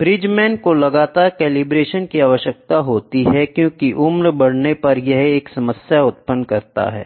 Bridgman को लगातार calibration की आवश्यकता होती है क्योंकि उम्र बढ़ने एक समस्या है